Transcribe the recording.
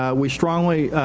ah we strongly,